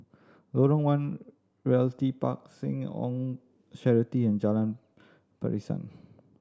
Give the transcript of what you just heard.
Lorong One Realty Park Seh Ong Charity and Jalan Pasiran